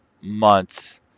months